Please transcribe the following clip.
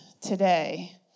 today